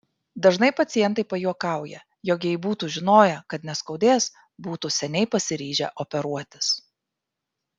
dažnai pacientai pajuokauja jog jei būtų žinoję kad neskaudės būtų seniai pasiryžę operuotis